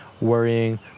worrying